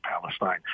Palestine